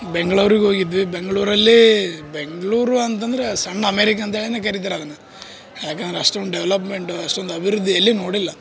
ಬೆಂಗ್ಳೂರಿಗೆ ಹೋಗಿದ್ವಿ ಬೆಂಗ್ಳೂರಲ್ಲೀ ಬೆಂಗಳೂರು ಅಂತಂದರೆ ಸಣ್ಣ ಅಮೇರಿಕ ಅಂತೇಳಿನೆ ಕರೀತಾರೆ ಅದನ್ನು ಯಾಕಂದ್ರೆ ಅಷ್ಟೊಂದು ಡೆವೆಲೊಪ್ಮೆಂಟ್ ಅಷ್ಟೊಂದು ಅಭಿವೃದ್ದಿ ಎಲ್ಲಿ ನೋಡಿಲ್ಲಾ